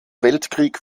weltkrieg